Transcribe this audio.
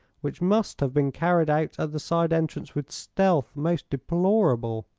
which must have been carried out at the side entrance with stealth most deplorable.